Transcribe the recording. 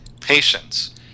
patience